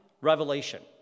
revelation